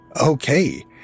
okay